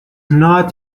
not